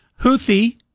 Houthi